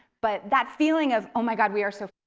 but that feeling of, oh my god we are so.